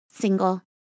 single